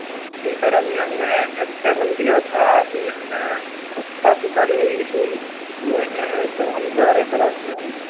جی sir ابھی ہم نے ایک ٹریول کیا تھا ابھی ہمیں کافی سارے ایشوز ہوئے ہیں جب ہم جا رہے تھے راستے میں